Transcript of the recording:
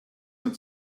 und